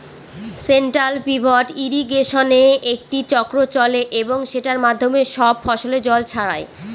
central pivot ইর্রিগেশনে একটি চক্র চলে এবং সেটার মাধ্যমে সব ফসলে জল ছড়ায়